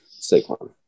Saquon